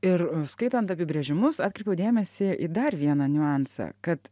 ir skaitant apibrėžimus atkreipiau dėmesį į dar vieną niuansą kad